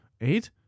Eight